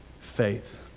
faith